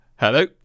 Hello